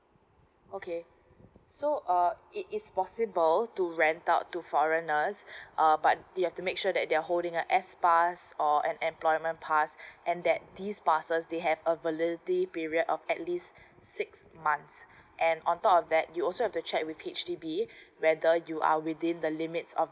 okay so uh it is possible to rent out to foreigners uh but you have to make sure that their holding a S pass or an employment pass and that these passes they have a validity period of at least six months and on top of that you also have to check with H_D_B whether you are within the limits of